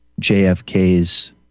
JFK's